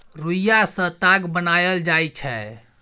रुइया सँ ताग बनाएल जाइ छै